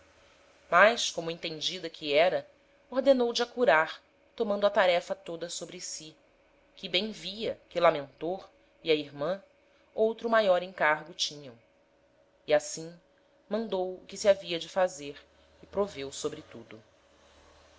mas como entendida que era ordenou de a curar tomando a tarefa toda sobre si que bem via que lamentor e a irman outro maior encargo tinham e assim mandou o que se havia de fazer e proveu